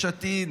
יש עתיד.